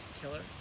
killer